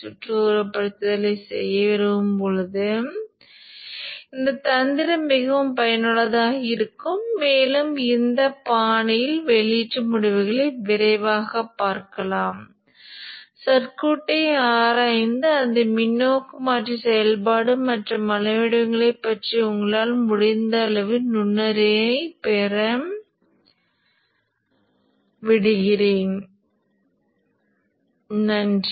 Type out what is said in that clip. இந்த சுற்றை உருவகப்படுத்துவதற்கும் பல்வேறு புள்ளிகளில் உள்ள பல்வேறு அலைவடிவங்களைப் பற்றி மேலும் அறிந்துகொள்வதற்கும் இந்தச் சுற்றுக்குள் மேலும் பலவற்றைப் பெறுவதற்கும் இது சரியான நேரம் அல்ல